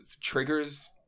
triggers